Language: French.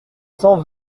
cent